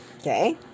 Okay